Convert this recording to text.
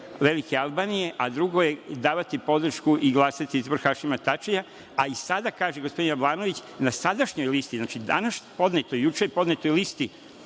velike Albanije, a drugo je davati podršku i glasati za izbor Hašima Tačija, a i sada kaže gospodin Jablanović – na sadašnjoj listi, znači danas podnetoj, juče podnetoj listi,